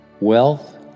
Wealth